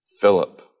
Philip